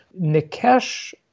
Nikesh